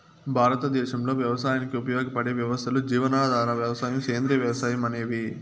భారతదేశంలో వ్యవసాయానికి ఉపయోగపడే వ్యవస్థలు జీవనాధార వ్యవసాయం, సేంద్రీయ వ్యవసాయం అనేవి